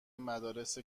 مدارس